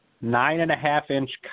Nine-and-a-half-inch